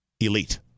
elite